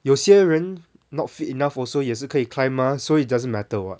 有些人 not fit enough also 也是可以 climb mah so it doesn't matter [what]